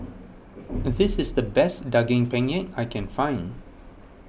this is the best Daging Penyet I can find